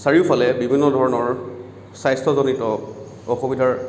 চাৰিওফালে বিভিন্ন ধৰণৰ স্বাস্থ্যজনিত অসুবিধাৰ